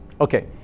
Okay